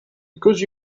because